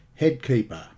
Headkeeper